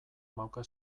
mauka